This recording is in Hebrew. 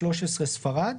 (13) ספרד"